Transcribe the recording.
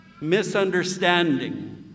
misunderstanding